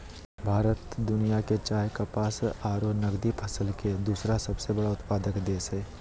भारत दुनिया के चाय, कपास आरो नगदी फसल के दूसरा सबसे बड़ा उत्पादक देश हई